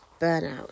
burnout